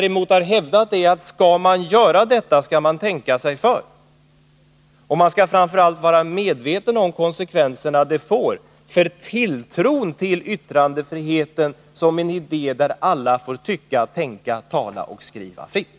Vad jag också har hävdat är att skall man göra detta, skall man tänka sig för. Man skall framför allt vara medveten om de konsekvenser det får för tilltron till yttrandefriheten som en idé med innebörden att alla får tycka, tänka, tala och skriva fritt.